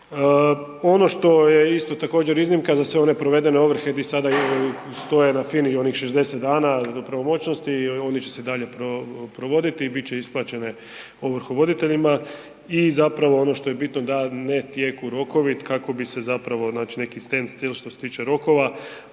Ono što je također isto iznimka za sve one provedene ovrhe gdje sada stoje na FINI i onih 60 dana do pravomoćnosti, oni će se i dalje provoditi i bit će isplaćene ovrhovoditeljima i zapravo ono što je bitno da ne teku rokovi kako bi se zapravo znači neki stand stil što se tiče rokova,